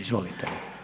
Izvolite.